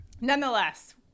Nonetheless